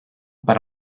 but